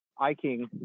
iking